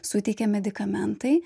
suteikia medikamentai